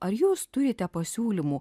ar jūs turite pasiūlymų